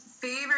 favorite